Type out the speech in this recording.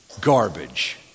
garbage